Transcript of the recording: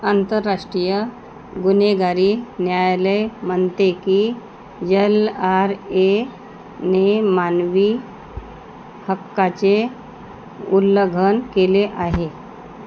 आंतरराष्ट्रीय गुन्हेगारी न्यायालय म्हणते की यल आर एने मानवी हक्काचे उल्लंघन केले आहे